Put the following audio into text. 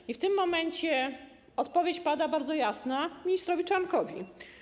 I w tym momencie odpowiedź pada bardzo jasna: ministrowi Czarnkowi.